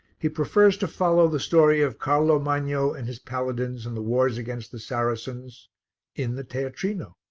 he prefers to follow the story of carlo magno and his paladins and the wars against the saracens in the teatrino.